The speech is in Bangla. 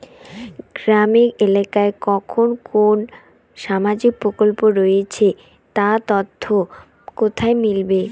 গ্রামের এলাকায় কখন কোন সামাজিক প্রকল্প রয়েছে তার তথ্য কোথায় মিলবে?